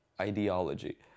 ideology